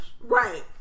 Right